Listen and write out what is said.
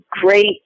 great